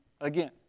again